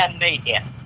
media